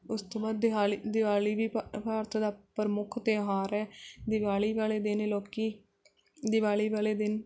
ਉਸ ਤੋਂ ਬਾਅਦ ਦਿਹਾਲੀ ਦਿਵਾਲੀ ਵੀ ਭਾ ਭਾਰਤ ਦਾ ਪ੍ਰਮੁੱਖ ਤਿਉਹਾਰ ਹੈ ਦਿਵਾਲੀ ਵਾਲੇ ਦਿਨ ਲੋਕ ਦਿਵਾਲੀ ਵਾਲੇ ਦਿਨ